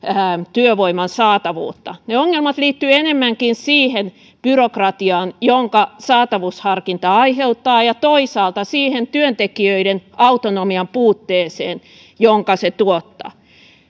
työvoiman saatavuutta ne ongelmat liittyvät enemmänkin siihen byrokratiaan jonka saatavuusharkinta aiheuttaa ja toisaalta siihen työntekijöiden autonomian puutteeseen jonka se tuottaa